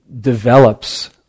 develops